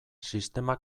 sistema